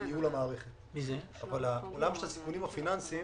ניהול המערכת אבל העולם של הסיכונים הפיננסיים